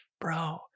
bro